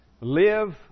live